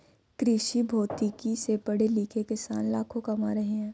कृषिभौतिकी से पढ़े लिखे किसान लाखों कमा रहे हैं